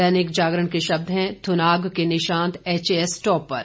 दैनिक जागरण के शब्द हैं थुनाग के Nishant H A S topper